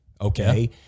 okay